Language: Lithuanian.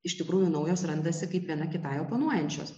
iš tikrųjų naujos randasi kaip viena kitai oponuojančios